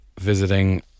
visiting